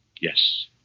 Yes